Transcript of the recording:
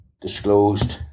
Disclosed